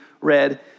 read